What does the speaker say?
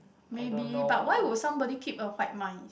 maybe but why would somebody keep a white mice